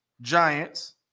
giants